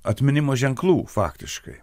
atminimo ženklų faktiškai